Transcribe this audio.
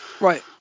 Right